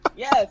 yes